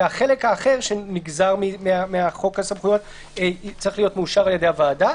והחלק האחר שנגזר מחוק הסמכויות צריך להיות מאושר על-ידי הוועדה,